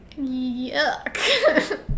Yuck